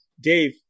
Dave